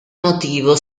motivo